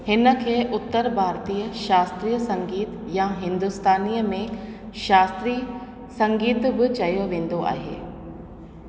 हिनखे उतर भारतीय शास्त्रीय संगीत या हिंदुस्तानीअ में शास्त्रीय संगीत बि चयो वेंदो आहे